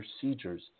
procedures